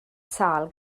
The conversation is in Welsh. sâl